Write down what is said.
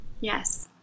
yes